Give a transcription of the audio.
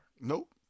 Nope